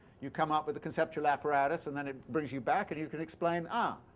you come up with a conceptual apparatus and then it brings you back and you could explain, ah!